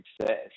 success